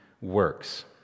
works